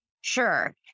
Sure